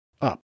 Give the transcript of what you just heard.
up